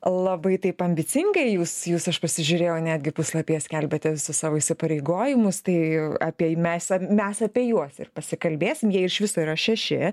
labai taip ambicingai jūs jūs aš pasižiūrėjau netgi puslapyje skelbiate visus savo įsipareigojimus tai apie meis mes apie juos ir pasikalbėsim jie iš viso yra šeši